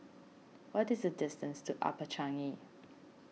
what is the distance to Upper Changi